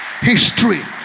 history